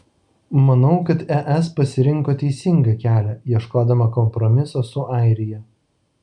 manau kad es pasirinko teisingą kelią ieškodama kompromiso su airija